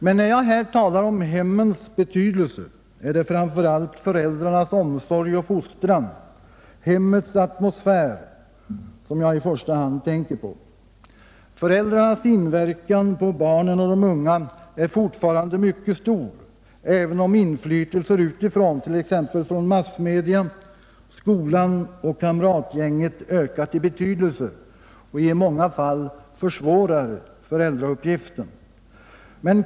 Men när jag här talar om hemmens betydelse är det framför allt föräldrarnas omsorg och fostran, hemmets atmosfär som jag tänker på. Föräldrarnas inverkan på barnen och de unga är fortfarande mycket stor, även om inflytelser utifrån, t.ex. från massmedia, skolan och kamratgänget, ökat i betydelse och i många fall försvårar föräldrauppgiften.